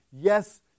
Yes